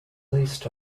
list